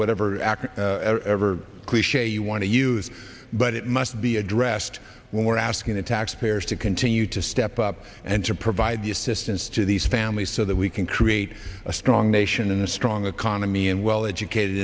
whatever ever cliche you want to use but it must be addressed when we're asking the taxpayers to continue to step up and to provide the assistance to these families so that we can create a strong nation and a strong economy and well educated